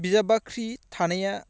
बिजाब बाख्रि थानाया